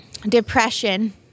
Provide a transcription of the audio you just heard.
depression